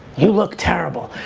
you look terrible.